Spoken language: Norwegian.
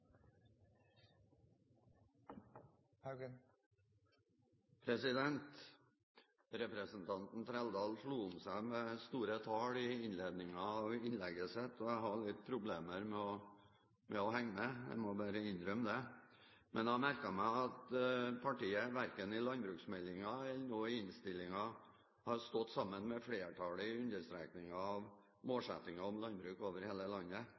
replikkordskifte. Representanten Trældal slo om seg med store tall i innledningen av innlegget sitt, og jeg hadde litt problemer med å henge med, jeg må bare innrømme det. Men jeg merket meg at partiet verken i landbruksmeldingen eller i innstillingen har stått sammen med flertallet i understrekingen av målsettingen om landbruk over hele landet